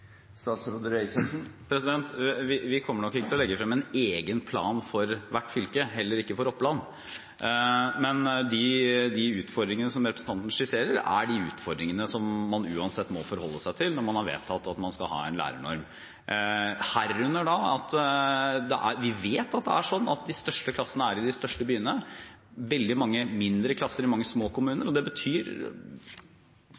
Vi kommer nok ikke til å legge frem en egen plan for hvert fylke, heller ikke for Oppland. Men de utfordringene som representanten skisserer, er de utfordringene som man uansett må forholde seg til når man har vedtatt at man skal ha en lærernorm, herunder at vi vet at det er slik at de største klassene er i de største byene, og det er veldig mange mindre klasser i mange små kommuner.